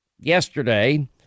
yesterday